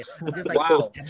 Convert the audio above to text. Wow